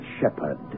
shepherd